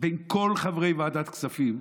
בין כל חברי ועדת כספים,